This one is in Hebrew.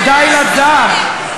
כדאי לדעת.